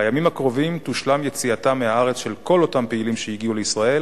בימים הקרובים תושלם יציאתם מהארץ של כל אותם פעילים שהגיעו לישראל